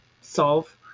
solve